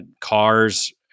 cars